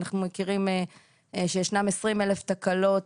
אנחנו מכירים שישנן עשרים-אלף תקלות